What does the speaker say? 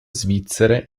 svizzere